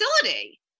facility